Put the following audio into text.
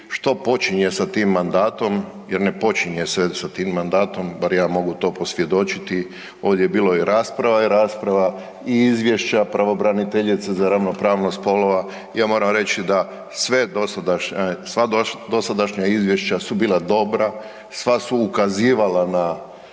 što počinje sa tim mandatom jer ne počinje se sa tim mandatom, bar ja mogu to posvjedočiti, ovdje je bilo i rasprava i rasprava i izvješća pravobraniteljice za ravnopravnost spolova, ja moram reći da sva dosadašnja izvješća su bila dobra, sva su ukazivala na